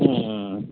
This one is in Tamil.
ம் ம்